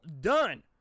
done